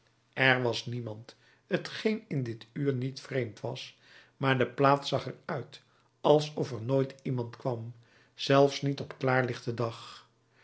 er was niemand t geen in dit uur niet vreemd was maar de plaats zag er uit alsof er nooit iemand kwam zelfs niet op klaarlichten dag